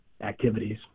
activities